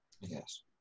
Yes